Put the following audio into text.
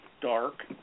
dark